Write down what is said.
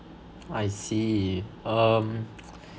I see um